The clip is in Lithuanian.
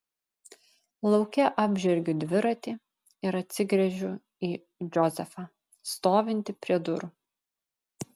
lauke apžergiu dviratį ir atsigręžiu į džozefą stovintį prie durų